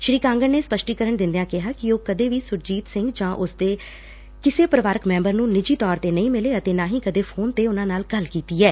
ਸ੍ਰੀ ਕਾਂਗਤ ਨੇ ਸਪੱਸਟੀਕਰਨ ਦਿੰਦਿਆਂ ਕਿਹਾ ਕਿ ਉਹ ਕਦੇ ਵੀ ਸੁਰਜੀਤ ਸਿੰਘ ਜਾਂ ਉਸਦੇ ਕਿਸੇ ਪਰਿਵਾਰਕ ਮੈਂਬਰ ਨੂੰ ਨਿੱਜੀ ਤੌਰ ਤੇ ਨਹੀਂ ਮਿਲੇ ਅਤੇ ਨਾਹੀ ਕਦੇ ਫੋਨ ਤੇ ਉਨੂਂ ਨਾਲ ਗੱਲ ਕੀਤੀ ਐ